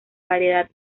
variedad